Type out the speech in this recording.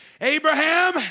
Abraham